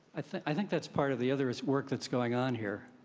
i think that's part of the other is work that's going on here.